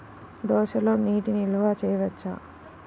దోసలో నీటి నిల్వ చేయవచ్చా?